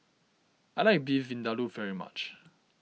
I like Beef Vindaloo very much